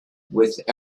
with